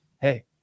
Hey